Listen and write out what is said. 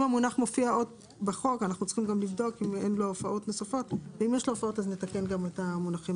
אנחנו צריכים לבדוק אם יש למונח הופעות נוספות ולתקן גם שם.